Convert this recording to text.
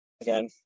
again